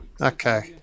okay